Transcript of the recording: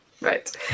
Right